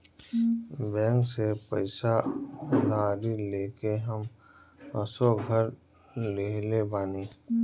bank से पईसा उधारी लेके हम असो घर लीहले बानी